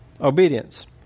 obedience